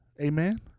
amen